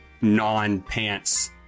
non-pants